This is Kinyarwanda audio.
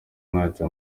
ntacyo